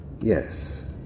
yes